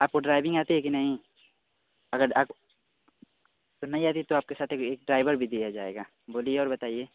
आपको ड्राइभींग आती है कि नहीं अगर आप तो नहीं आती है तो आपके साथ एक एक ड्राइभर भी दिया जाएगा बोलिए और बताइए